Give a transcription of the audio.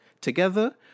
Together